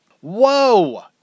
whoa